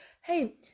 hey